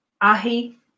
Ahi